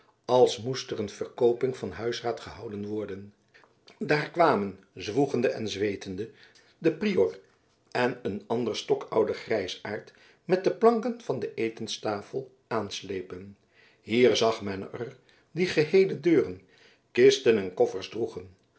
als moest er een verkooping van huisraad gehouden worden daar kwamen zwoegende en zweetende de prior en een ander stokoude grijsaard met de planken van de etenstafel aanslepen hier zag men er die geheele deuren kisten en koffers droegen